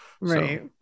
right